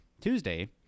Tuesday